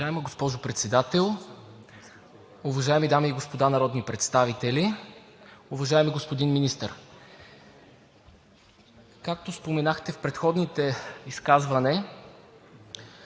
Уважаема госпожо Председател, уважаеми дами и господа народни представители! Уважаеми господин Министър, както споменахте в предходното изказване,